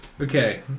okay